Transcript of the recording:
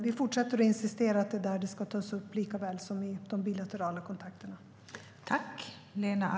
Vi fortsätter att insistera på att det är där det ska tas upp likaväl som i de bilaterala kontakterna.